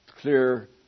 clear